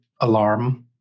alarm